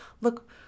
look